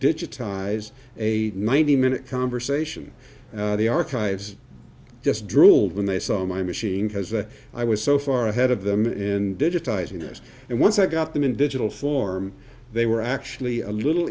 digitize a ninety minute conversation the archives just drooled when they saw my machine because i was so far ahead of them in digitizing us and once i got them in digital form they were actually a little